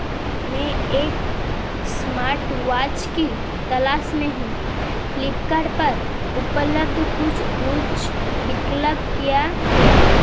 मैं एक स्माटवाच की तलाश में हूँ फ्लिपकार्ड पर उपलब्ध कुछ उच्च विकल्प क्या है